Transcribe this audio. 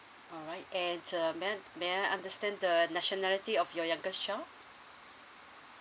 alright and uh may I may I understand the nationality of your youngest child